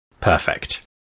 perfect